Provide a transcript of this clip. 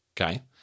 Okay